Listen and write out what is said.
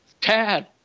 Tad